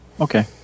Okay